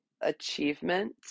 achievement